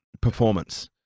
performance